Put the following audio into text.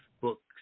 books